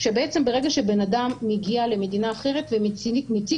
שבעצם ברגע שבן אדם מגיע למדינה אחרת ומציג